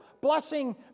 blessing